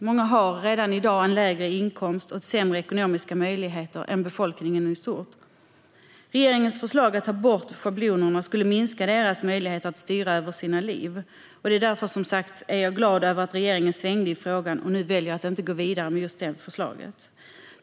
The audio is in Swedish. Många har redan i dag lägre inkomst och sämre ekonomiska möjligheter än befolkningen i stort. Regeringens förslag att ta bort schablonerna skulle minska deras möjligheter att styra över sitt liv. Jag är som sagt därför glad att regeringen svängde i frågan och nu väljer att inte gå vidare med förslaget.